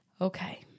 Okay